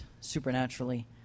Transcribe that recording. supernaturally